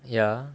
ya